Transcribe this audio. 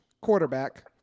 quarterback